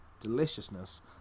deliciousness